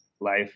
life